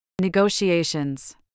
Negotiations